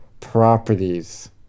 properties